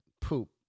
poop